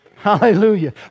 Hallelujah